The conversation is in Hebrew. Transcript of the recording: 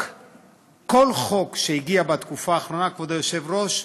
כל חוק שהגיע בתקופה האחרונה, כבוד היושב-ראש,